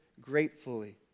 gratefully